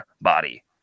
body